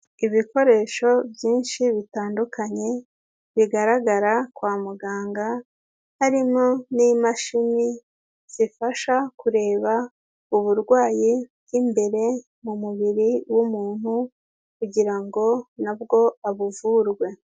Ibikoresho byinshi bitandukanye, bigaragara kwa muganga, harimo n'imashini zifasha kureba uburwayi bw'imbere mu mubiri w'umuntu kugira ngo na bwo abuvurwe.